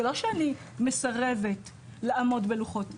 זה לא שאני מסרבת לעמוד בלוחות הזמנים,